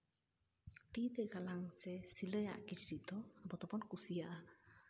ᱛᱤᱛᱮ ᱜᱟᱞᱟᱝ ᱥᱮ ᱥᱤᱞᱟᱹᱭ ᱟᱜ ᱠᱤᱪᱨᱤᱪ ᱫᱚ ᱟᱵᱚ ᱫᱚᱵᱚᱱ ᱠᱩᱥᱤᱭᱟᱜᱼᱟ